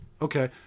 Okay